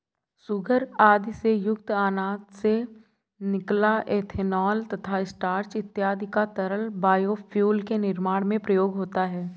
sugar आदि से युक्त अनाज से निकला इथेनॉल तथा स्टार्च इत्यादि का तरल बायोफ्यूल के निर्माण में प्रयोग होता है